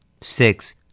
Six